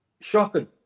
shocking